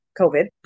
COVID